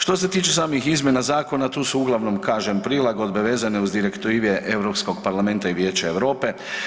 Što se tiče samih izmjena zakona tu su uglavnom kažem prilagodbe vezane uz Direktive Europskog parlamenta i Vijeća Europe.